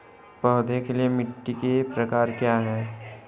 पौधों के लिए मिट्टी के प्रकार क्या हैं?